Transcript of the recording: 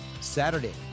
Saturday